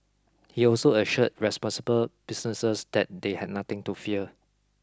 he also assured responsible businesses that they had nothing to fear